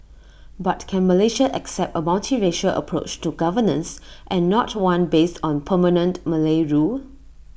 but can Malaysia accept A multiracial approach to governance and not one based on permanent Malay rule